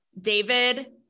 David